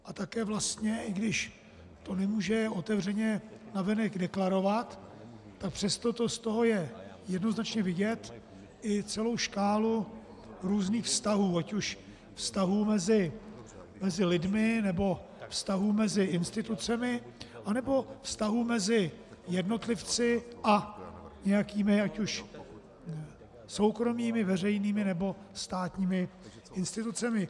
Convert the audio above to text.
A také vlastně, i když to nemůže otevřeně navenek deklarovat, tak přesto z toho je jednoznačně vidět i celou škálu různých vztahů, ať už vztahů mezi lidmi, nebo vztahů mezi institucemi, nebo vztahů mezi jednotlivci a nějakými ať už soukromými, veřejnými, nebo státními institucemi.